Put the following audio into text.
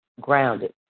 grounded